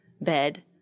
bed